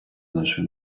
нашу